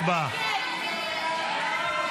הצבעה.